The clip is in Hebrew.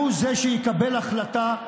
הוא זה שיקבל החלטה,